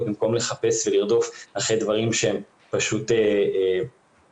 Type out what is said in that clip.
במקום לחפש ולרדוף אחרי דברים שהם פשוט התגלגלו.